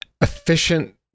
efficient